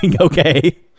okay